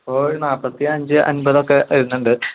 അപ്പോൾ നാൽപ്പത്തി അഞ്ച് അൻപതൊക്കെ വരുന്നുണ്ട്